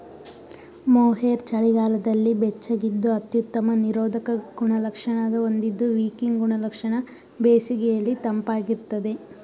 mohair ಚಳಿಗಾಲದಲ್ಲಿ ಬೆಚ್ಚಗಿದ್ದು ಅತ್ಯುತ್ತಮ ನಿರೋಧಕ ಗುಣಲಕ್ಷಣ ಹೊಂದಿದ್ದು ವಿಕಿಂಗ್ ಗುಣಲಕ್ಷಣ ಬೇಸಿಗೆಲಿ ತಂಪಾಗಿರ್ತದೆ